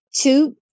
two